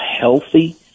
healthy